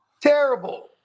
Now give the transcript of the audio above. Terrible